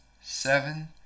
seven